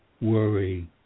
worry